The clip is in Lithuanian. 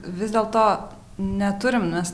vis dėlto neturim mes